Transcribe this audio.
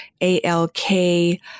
ALK